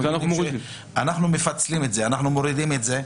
לכן אנחנו מפצלים ומורידים את זה,